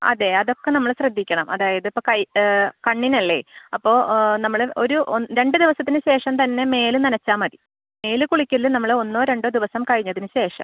അതെ അതൊക്കെ നമ്മൾ ശ്രദ്ധിക്കണം അതായതിപ്പോൾ കൈ കണ്ണിനല്ലേ അപ്പോൾ നമ്മൾ ഒരു രണ്ട് ദിവസത്തിന് ശേഷം തന്നെ മേൽ നനച്ചാൽ മതി മേൽ കുളിക്കൽ നമ്മൾ ഒന്നോ രണ്ടോ ദിവസം കഴിഞ്ഞതിന് ശേഷം